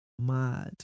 Mad